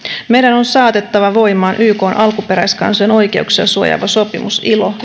meidän on saatettava voimaan ykn alkuperäiskansojen oikeuksia suojaava sopimus ilo